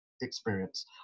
experience